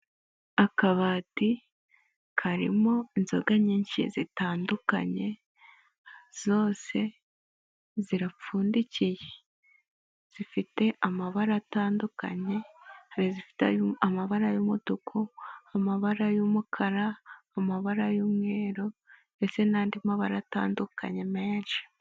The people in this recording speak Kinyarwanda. Akabati karimo inzoga nyinshi zitandukanye, zose zirapfundikiye. Zifite amabara atandukanye: hari izifite amabara y'umutuku, amabara y'umukara, amabara y'umweru ndetse n'andi mabara atandukanye menshi.